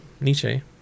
Nietzsche